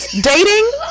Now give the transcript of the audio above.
dating